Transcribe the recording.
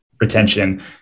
retention